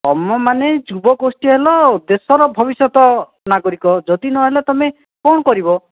ତୁମେମାନେ ଯୁବଗୋଷ୍ଠୀ ହେଲ ଦେଶର ଭବିଷ୍ୟତ ନାଗରିକ ଯଦି ନହେଲ ତୁମେ କ'ଣ କରିବ